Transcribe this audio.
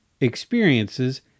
experiences